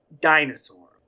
dinosaur